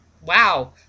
Wow